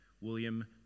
William